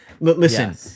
listen